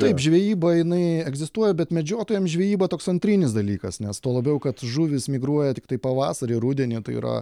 taip žvejyba jinai egzistuoja bet medžiotojams žvejyba toks antrinis dalykas nes tuo labiau kad žuvys migruoja tiktai pavasarį rudenį tai yra